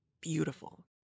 beautiful